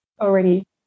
already